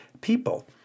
people